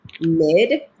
mid